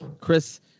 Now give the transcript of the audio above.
chris